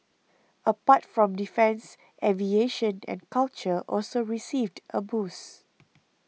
apart from defence aviation and culture also received a boost